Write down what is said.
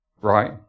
Right